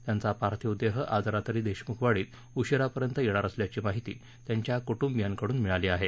त्यांचा पार्थिव देह आज रात्री देशमुखवाडीत उशिरापर्यंत येणार असल्याची माहिती त्यांच्या कुटुंबियांकडून मिळाली आहे